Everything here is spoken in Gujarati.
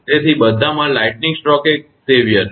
તેથી આ બધામાં લાઇટનીંગ સ્ટ્રોક એ ગંભીર છે